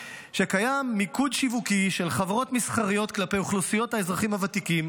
שקיים מיקוד שיווקי של חברות מסחריות כלפי אוכלוסיות האזרחים הוותיקים